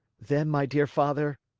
then, my dear father,